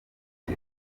ati